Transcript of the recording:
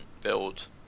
build